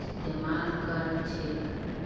इस्तमाल कर छेक